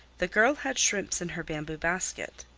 the girl had shrimps in her bamboo basket.